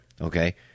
Okay